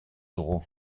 dugu